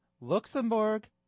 Luxembourg